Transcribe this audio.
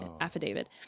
affidavit